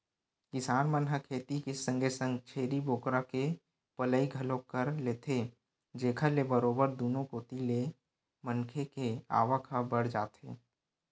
किसान मन ह खेती के संगे संग छेरी बोकरा के पलई घलोक कर लेथे जेखर ले बरोबर दुनो कोती ले मनखे के आवक ह बड़ जाथे